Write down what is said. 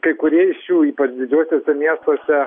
kai kurie iš jų ypač didžiuosiuose miestuose